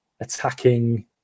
attacking